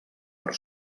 per